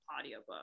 audiobook